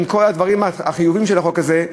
עם כל הדברים החיוביים של החוק הזה,